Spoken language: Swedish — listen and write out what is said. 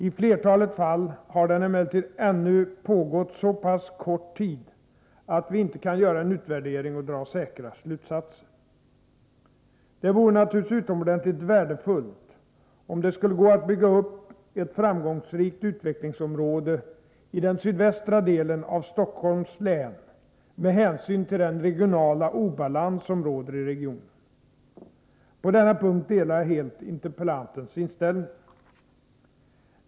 I flertalet fall har den emellertid ännu pågått så pass kort tid att vi inte kan göra en utvärdering och dra säkra slutsatser. Det vore naturligtvis utomordentligt värdefullt om det skulle gå att bygga upp ett framgångsrikt utvecklingsområde i den sydvästra delen av Stockholms län med hänsyn till den regionala obalans som råder i regionen. På denna punkt delar jag helt interpellantens inställning.